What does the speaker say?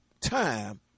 time